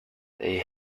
they